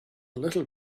little